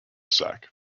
sac